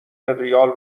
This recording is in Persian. ریال